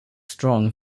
strong